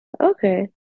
Okay